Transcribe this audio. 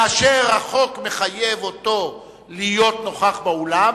כאשר החוק מחייב אותו להיות נוכח באולם,